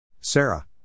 Sarah